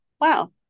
wow